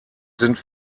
sind